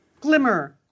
Glimmer